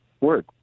Word